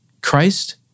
Christ